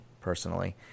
personally